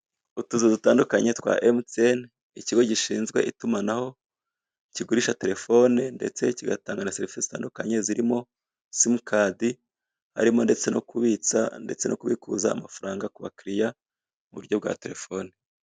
Utuzu dutandukanye twa emutiyene ikigo gishinzwe itumanaho kigurisha terefone ndetse kigatanga serivise zitandukanye zirimo: simukadi, harimo ndetse no kubitsa, ndetse no kubikuza amafaranga ku bakiliya ku buryo bwa terefone.